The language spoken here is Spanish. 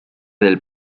del